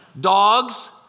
dogs